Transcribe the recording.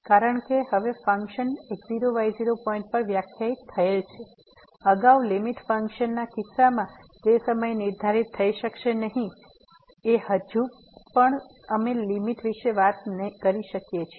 કારણ કે હવે ફંક્શન x0y0 પોઇન્ટ પર વ્યાખ્યાયિત થયેલ છે અગાઉ લીમીટ ફંક્શન ના કિસ્સામાં તે સમયે નિર્ધારિત થઈ શકશે નહીં એ હજી પણ અમે લીમીટ વિશે વાત કરી શકીએ છીએ